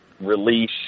release